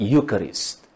Eucharist